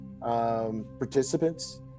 participants